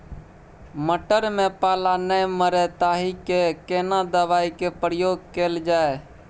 मटर में पाला नैय मरे ताहि के लिए केना दवाई के प्रयोग कैल जाए?